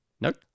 Nope